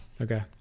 Okay